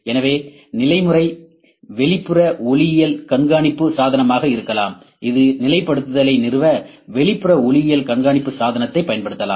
எனவே நிலை முறை வெளிப்புற ஒளியியல் கண்காணிப்பு சாதனமாக இருக்கலாம் இது நிலைப்படுத்தலை நிறுவ வெளிப்புற ஒளியியல் கண்காணிப்பு சாதனத்தைப் பயன்படுத்தலாம்